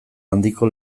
handiko